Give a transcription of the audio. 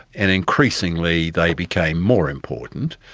and increasingly they became more important.